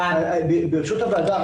ברשות הוועדה,